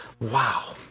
Wow